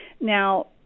Now